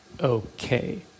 okay